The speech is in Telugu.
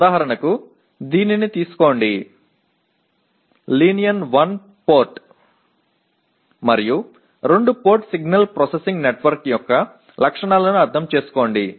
ఉదాహరణకు దీనిని తీసుకోండి లీనియర్ వన్ పోర్ట్ మరియు రెండు పోర్ట్ సిగ్నల్ ప్రాసెసింగ్ నెట్వర్క్ యొక్క లక్షణాలను అర్థం చేసుకోండి